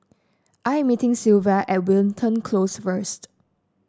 I am meeting Sylva at Wilton Close first